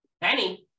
Penny